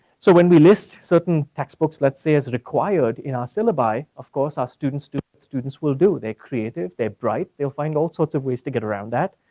so when we list certain text books let's say as required in our syllabi of course our students students will do, they're creative, they're bright, they'll find all sorts of ways to get around that.